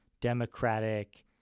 democratic